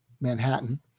Manhattan